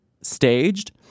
staged